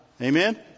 Amen